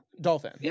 Dolphin